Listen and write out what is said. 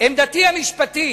עמדתי המשפטית,